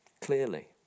Clearly